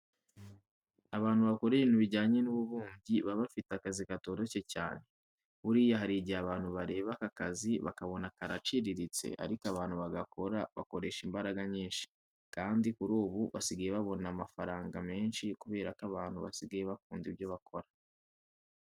Abantu bakora ibintu bijyanye n'ububumbyi baba bafite akazi katoroshye cyane. Buriya hari igihe abantu bareba aka kazi bakabona karaciriritse ariko abantu bagakora bakoresha imbaraga nyinshi, kandi kuri ubu basigaye babona amafaranga menshi kubera ko abantu basigaye bakunda ibyo bakora.